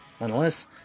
Nonetheless